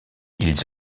ils